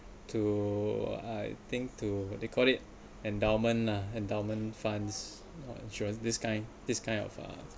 to I think to they call it endowment ah endowment funds or insurance this kind this kind of uh